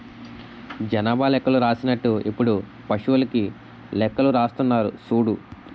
జనాభా లెక్కలు రాసినట్టు ఇప్పుడు పశువులకీ లెక్కలు రాస్తున్నారు సూడు